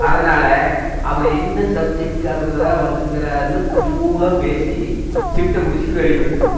அதனால் அவரு என்ன சப்ஜெக்ட் அப்படில வந்திருக்காருன்னு கூலாக பேசி ஷிப்ட்டை முடிச்சுட்டு வெளியே வந்துடுவேன்